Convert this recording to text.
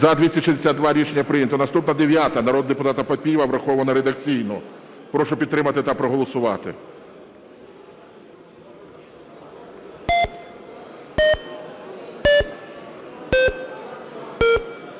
За-262 Рішення прийнято. Наступна 9-а народного депутата Папієва. Врахована редакційно. Прошу підтримати та проголосувати.